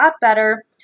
better